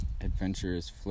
adventurous